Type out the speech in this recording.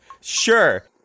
Sure